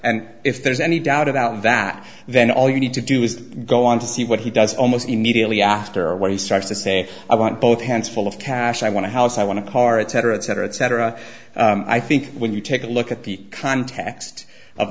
and if there's any doubt about that then all you need to do is go on to see what he does almost immediately after what he starts to say i want both hands full of cash i want to house i want to car etc etc etc i think when you take a look at the context of